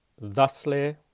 thusly